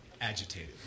agitated